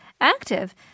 active